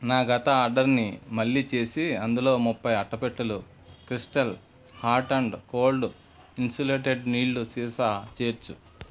నా గత ఆర్డర్నీ మళ్ళీ చేసి అందులో ముప్పై అట్టపెట్టెలు crystal hot and cold insulated నీళ్ళ సీసా చేర్చు